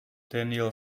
daniel